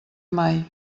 mai